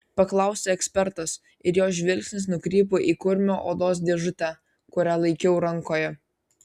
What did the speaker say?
paklausė ekspertas ir jo žvilgsnis nukrypo į kurmio odos dėžutę kurią laikiau rankoje